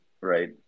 Right